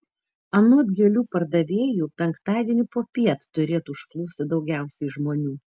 anot gėlių pardavėjų penktadienį popiet turėtų užplūsti daugiausiai žmonių